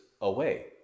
away